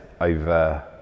over